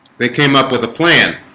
they came up with a plan